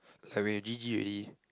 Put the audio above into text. like when you g_g already